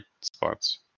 spots